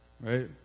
right